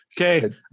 Okay